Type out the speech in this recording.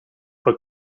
for